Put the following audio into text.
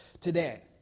today